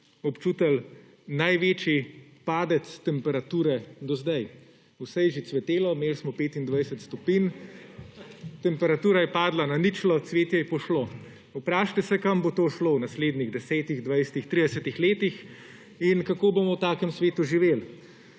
občutili največji padec temperature do sedaj. Vse je že cvetelo, imeli smo 25 stopinj, temperatura je padla na ničlo, cvetje je pošlo. Vprašajte se, kam bo to šlo v naslednjih desetih, dvajsetih, tridesetih letih in kako bomo v takem svetu živeli.